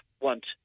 want